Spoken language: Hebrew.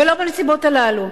ולא בנסיבות הללו.